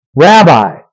Rabbi